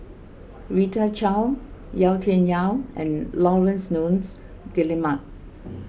Rita Chao Yau Tian Yau and Laurence Nunns Guillemard